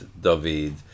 David